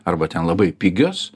arba ten labai pigios